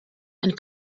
and